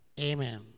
Amen